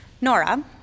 Nora